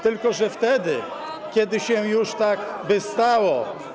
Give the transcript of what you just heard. Tylko że wtedy, kiedy się już tak by stało.